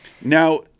Now